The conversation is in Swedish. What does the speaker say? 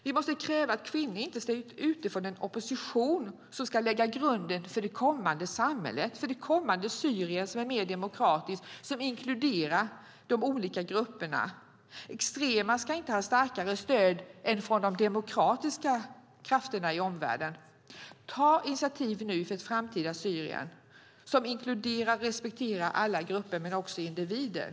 Vi måste kräva att kvinnor inte stängs ute från den opposition som ska lägga grunden för det kommande samhället, för det kommande Syrien, som är mer demokratiskt och som inkluderar de olika grupperna. Extrema ska inte ha starkare stöd än de demokratiska krafterna från omvärlden. Ta initiativ nu för ett framtida Syrien som inkluderar och respekterar alla grupper men också individer!